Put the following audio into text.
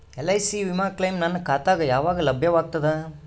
LIC ವಿಮಾ claim ನನ್ನ ಖಾತಾಗ ಯಾವಾಗ ಲಭ್ಯವಾಗತದ?